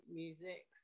music